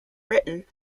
written